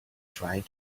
trying